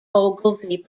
ogilvie